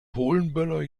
polenböller